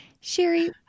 Sherry